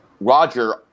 Roger